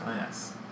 Yes